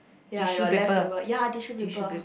ya your leftover ya tissue paper